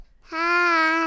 Hi